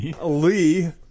Lee